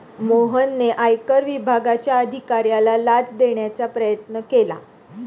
मोहनने आयकर विभागाच्या अधिकाऱ्याला लाच देण्याचा प्रयत्न केला